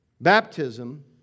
Baptism